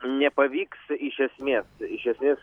nepavyks iš esmės iš esmės